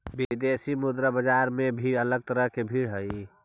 विदेशी मुद्रा बाजार में भी अलग तरह की भीड़ हई